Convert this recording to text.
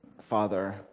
Father